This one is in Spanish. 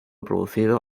producido